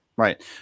Right